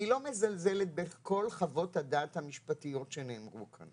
אני לא מזלזלת בכל חוות הדעת המשפטיות שנאמרו כאן